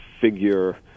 figure